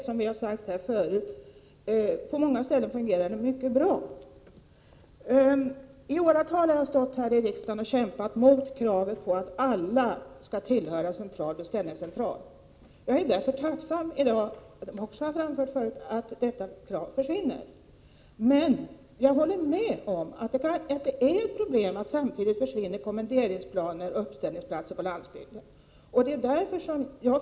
Som vi har sagt här förut fungerar taxi på många ställen mycket bra. För det andra har jag i åratal kämpat här i riksdagen mot kravet på att alla taxibilar skall tillhöra en beställningscentral. Jag är därför tacksam i dag— det har jag också framfört tidigare — att detta krav nu försvinner. Men jag håller med om att det är ett problem att kommenderingsplaner och uppställningsplatser samtidigt försvinner på landsbygden.